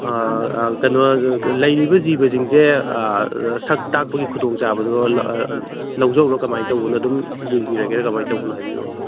ꯑꯥ ꯑꯥ ꯀꯩꯅꯣ ꯂꯩꯔꯤꯕ ꯖꯤꯕꯁꯤꯡꯁꯦ ꯁꯛ ꯇꯥꯛꯄꯒꯤ ꯈꯨꯗꯣꯡ ꯆꯥꯕꯗꯣ ꯂꯧꯖꯧꯔꯥ ꯀꯃꯥꯏꯅ ꯇꯧꯕꯅꯣ ꯑꯗꯨꯝ ꯌꯦꯡꯕꯤꯔꯒꯦꯔꯥ ꯀꯃꯥꯏꯅ ꯇꯧꯕꯅꯣ ꯍꯥꯏꯕꯤꯎ ꯑꯝꯇ